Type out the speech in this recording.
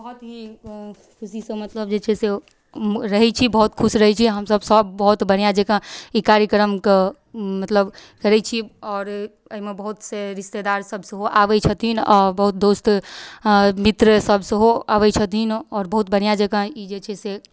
बहुत ही खुशीसँ मतलब जे छै से रहै छी बहुत खुश रहै छी हमसब सब बहुत बढ़िआँ जकाँ ई कार्यक्रमके मतलब करै छी आओर एहिमे बहुत से रिश्तेदारसब सेहो आबै छथिन आओर बहुत दोस्त मित्रसब सेहो आबै छथिन आओर बहुत बढ़िआँ जकाँ ई जे छै से